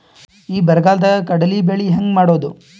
ಈ ಬರಗಾಲದಾಗ ಕಡಲಿ ಬೆಳಿ ಹೆಂಗ ಮಾಡೊದು?